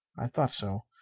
i thought so.